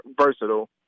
versatile